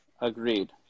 Agreed